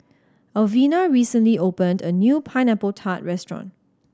Alvena recently opened a new Pineapple Tart restaurant